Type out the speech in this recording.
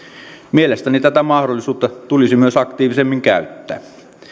mielestäni tätä mahdollisuutta tulisi myös aktiivisemmin käyttää